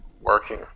working